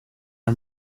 her